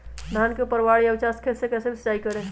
धान के ऊपरवार या उचास खेत मे कैसे सिंचाई करें?